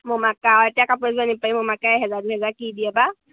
মমাকা এতিয়া কাপোৰ য পাৰি মমাক এই হেজা দুহেজা কি দিয় বা